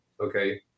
Okay